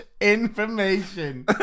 information